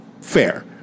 fair